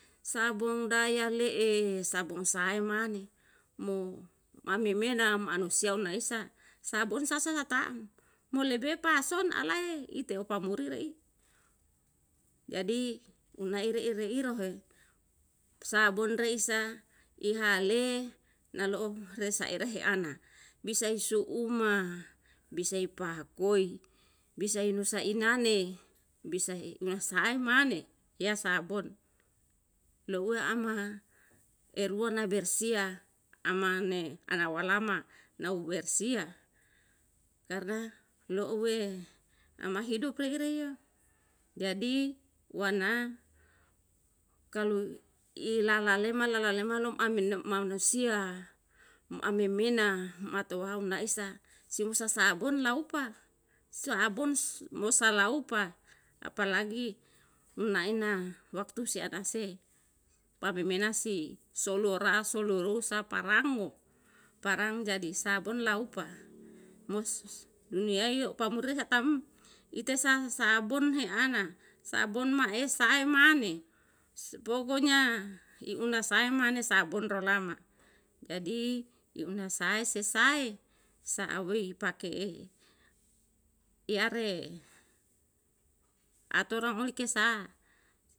Sabon daya le'e sabon sae mane mo mame mena manusia una esa sabon sasa sa taa'm mo lebe pa son alae ite opa muri re'i jadi una iri iri iro he sabon re isa iha le na lo'o resa'e rehe ana bisai su umma bisai paha koi bisai nusa inane bisai una sae mane ya sabon lo ue ama erua na bersia amane ana walama nau bersia karna lo ue ama hidup rei reo jadi wana kalu ilala le malala le mano manusia ami mina matu wau na isa simusa sabun laupa sabun musa laupa apalagi naina waktu se an ase pame mena si solu ra solu ru sa parang o parang jadi sabun laupa mo ni ei pamuri sa taa'm ite sa sabun he ana sabun ma'e sae mane pokonya i una sae mane sabun ro lama jadi i una sae se sae sa'a wei pake'e i are aturan oli ke sa